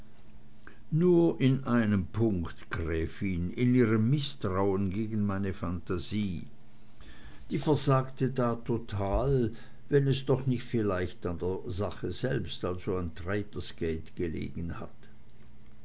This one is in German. nur in einem punkt gräfin in ihrem mißtrauen gegen meine phantasie die versagte da total wenn es nicht doch vielleicht an der sache selbst also an traitors gate gelegen hat